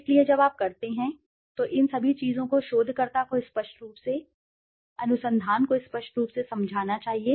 इसलिए जब आप करते हैं तो इन सभी चीजों को शोधकर्ता को स्पष्ट रूप से अनुसंधान को स्पष्ट रूप से समझाना चाहिए